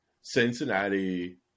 Cincinnati